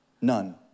None